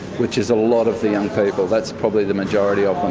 which is a lot of the young people, that's probably the majority of them.